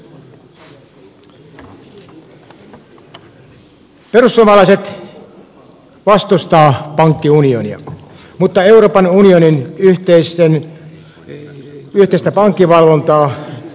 perussuomalaiset vastustavat pankkiunionia mutta euroopan unionin yhteistä niin ei pelkästä pankkivalvontaa